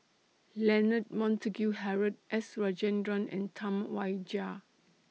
Leonard Montague Harrod S Rajendran and Tam Wai Jia